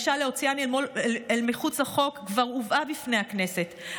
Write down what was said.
ישראל והדרישה להוציאה אל מחוץ לחוק כבר הובאה בפני הכנסת,